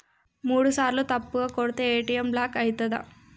మూడుసార్ల తప్పుగా కొడితే ఏ.టి.ఎమ్ బ్లాక్ ఐతదా?